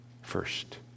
first